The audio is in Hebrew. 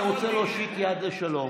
אמרתי: אני רוצה להושיט יד לשלום.